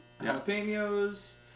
Jalapenos